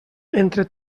entre